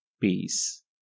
Peace